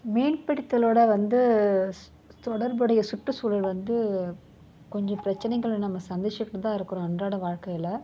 மீன்பிடித்தலோடு வந்து சு தொடர்புடைய சுற்றுசூழல் வந்து கொஞ்சம் பிரச்சினைகள நம்ம சந்திச்சுக்கிட்டு தான் இருக்கிறோம் அன்றாட வாழ்க்கையில்